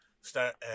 start